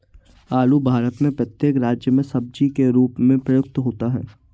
आलू भारत में प्रत्येक राज्य में सब्जी के रूप में प्रयुक्त होता है